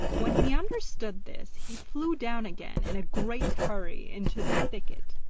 when he understood this he flew down again in a great hurry into the thicket,